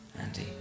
Andy